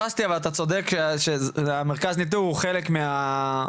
אבל אתה צודק שהמרכז ניטור הוא חלק מהדברים.